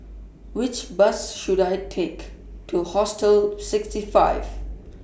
Which Bus should I Take to Hostel sixty five